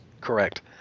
correct